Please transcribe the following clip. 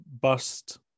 bust